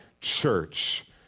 church